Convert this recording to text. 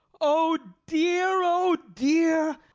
oh dear, oh dear!